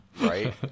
Right